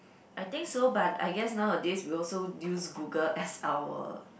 I think so but I guess nowadays we also use Google as our